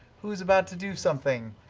who's about to do something?